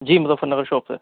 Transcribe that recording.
جی Muzaffarnagar shop سے